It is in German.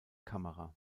kamera